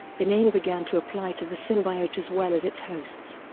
the name began to apply to the symbiote as well as its hosts.